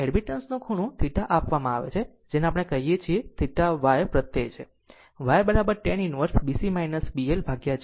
હવે એડમિટન્સ નો ખૂણો θ આપવામાં આવે છે જેને આપણે આ કહીએ છીએ તે છે θ Y પ્રત્યય છે Ytan inverse B C B LG